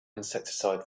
insecticide